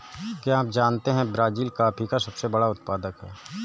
क्या आप जानते है ब्राज़ील कॉफ़ी का सबसे बड़ा उत्पादक है